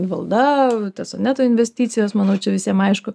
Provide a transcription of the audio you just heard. invlne tesoneto investicijos manau čia visiem aišku